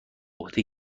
عهده